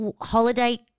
holiday